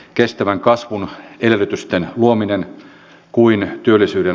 kestävän kasvun edellytysten luominen kuin työllisyyden